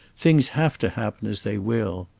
things have to happen as they will.